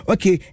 Okay